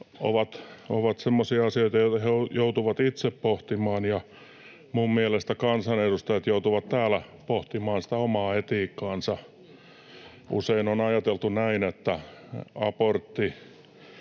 ovat semmoisia asioita, joita he joutuvat itse pohtimaan, ja minun mielestäni kansanedustajat joutuvat täällä pohtimaan sitä omaa etiikkaansa. Usein on ajateltu näin, että abortti